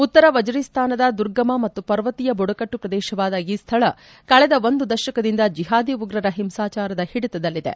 ಉತ್ತರ ವಜೀರಿಸ್ತಾನದ ದುರ್ಗಮ ಮತ್ತು ಪರ್ವತೀಯ ಬುಡಕಟ್ನು ಪ್ರದೇಶವಾದ ಈ ಸ್ವಳ ಕಳೆದ ಒಂದು ದಶಕದಿಂದ ಜಿಹಾದಿ ಉಗ್ರರ ಹಿಂಸಾಚಾರದ ಹಿಡಿತದಲ್ಲಿದೆ